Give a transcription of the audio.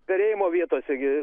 perėjimo vietose gi